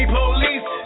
police